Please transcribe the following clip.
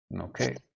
okay